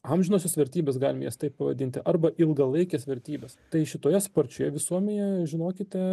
amžinosios vertybės galim jas taip pavadinti arba ilgalaikes vertybes tai šitoje sparčioje visuomenėje žinokite